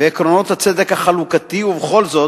ועקרונות הצדק החלוקתי, ובכל זאת,